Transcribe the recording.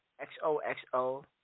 X-O-X-O